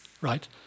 right